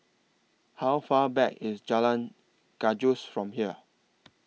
How Far Back IS Jalan Gajus from here